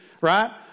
right